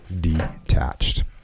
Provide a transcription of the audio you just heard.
detached